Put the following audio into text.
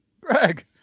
greg